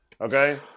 Okay